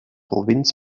provinz